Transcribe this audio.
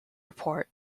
report